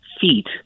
feet